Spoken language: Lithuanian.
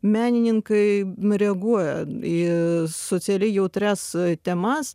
menininkai reaguoja į socialiai jautrias temas